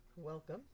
welcome